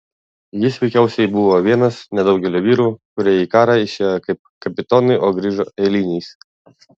jis veikiausiai buvo vienas nedaugelio vyrų kurie į karą išėjo kaip kapitonai o grįžo eiliniais